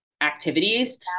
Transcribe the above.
activities